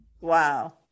wow